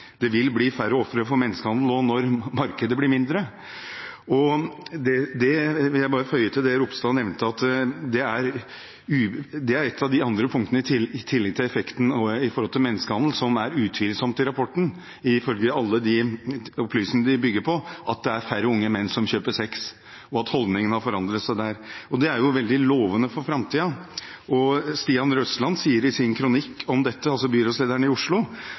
vil bli færre ofre for menneskehandel når markedet blir mindre. Jeg vil føye til det Ropstad nevnte, at det er et av de andre punktene, i tillegg til effekten i forhold til menneskehandel, som er utvilsomt i rapporten – ifølge alle de opplysningene de bygger på – at det er færre unge menn som kjøper sex, og at holdningene har forandret seg der. Det er jo veldig lovende for framtiden. Stian Berger Røsland, byrådsleder i Oslo, sier i sin kronikk om dette: